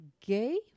gay